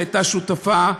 שהייתה שותפה,